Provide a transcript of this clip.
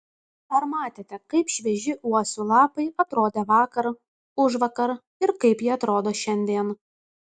ar matėte kaip švieži uosių lapai atrodė vakar užvakar ir kaip jie atrodo šiandien